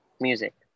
music